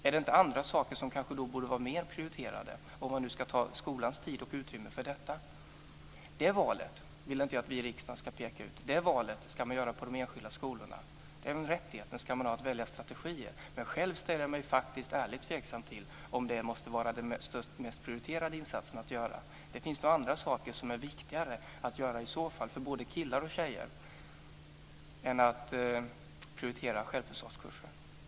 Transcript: Är det inte andra saker som borde vara mer prioriterade, om man nu ska ta skolans tid och utrymme för detta? Det valet vill inte jag att vi i riksdagen ska peka ut. Det valet ska man göra på de enskilda skolorna. Rättigheten att välja strategier ska skolorna ha. Själv ställer jag mig faktiskt ärligt tveksam till att detta skulle vara den mest prioriterade insatsen att göra. Det finns nog andra saker som är viktigare att göra för både killar och tjejer än att gå på självförsvarskurser.